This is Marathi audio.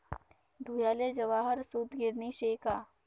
धुयाले जवाहर सूतगिरणी शे का